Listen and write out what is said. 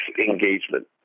engagement